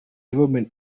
development